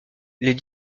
les